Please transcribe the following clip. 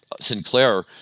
Sinclair